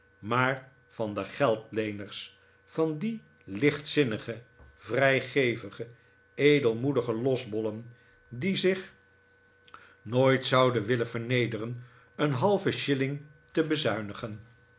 maar van de geldleeners van die lichtzinnige vrijgevige edelmoedige losbollen die zich nooit zouden willen vernedefen een halven shilling te bezuinigen